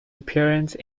appearance